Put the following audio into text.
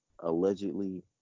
allegedly